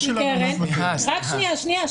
סליחה, סליחה --- רק שנייה.